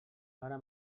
ara